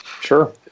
sure